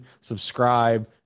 subscribe